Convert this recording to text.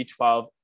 B12